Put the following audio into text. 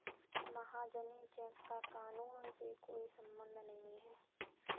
महाजनी चेक का कानून से कोई संबंध नहीं है